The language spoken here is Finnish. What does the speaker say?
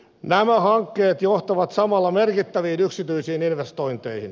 nämä hankkeet johtavat samalla merkittäviin yksityisiin investointeihin